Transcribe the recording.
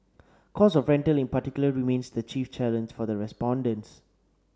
cost of rental in particular remains the chief challenge for the respondents